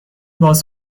باز